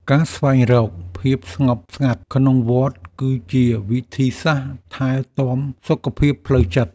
ការស្វែងរកភាពស្ងប់ស្ងាត់ក្នុងវត្ត គឺជាវិធីសាស្ត្រថែទាំសុខភាពផ្លូវចិត្ត។